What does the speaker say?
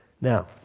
Now